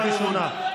קריאה ראשונה.